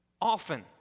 Often